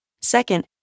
Second